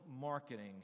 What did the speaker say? marketing